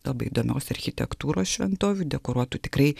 labai įdomios architektūros šventovių dekoruotų tikrai